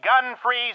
gun-free